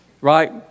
right